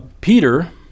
Peter